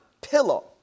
pillow